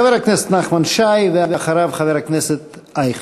חבר הכנסת נחמן שי, ואחריו, חבר הכנסת אייכלר.